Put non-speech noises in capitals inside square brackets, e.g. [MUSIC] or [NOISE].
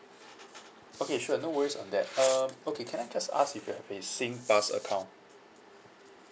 [NOISE] okay sure no worries on that [NOISE] um okay can I just ask if you have a SINGPASS account